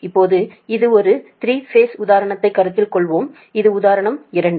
இப்போது இது ஒரு 3 பேஸ் உதாரணத்தைக் கருத்தில் கொள்வோம் இது உதாரணம் 2